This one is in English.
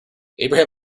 abraham